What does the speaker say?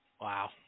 Wow